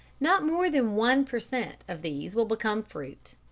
not more than one per cent. of these will become fruit.